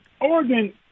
Oregon